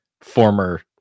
former